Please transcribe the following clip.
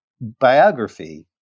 biography